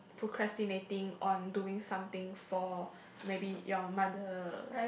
procrastinating on doing something for maybe your mother